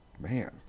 man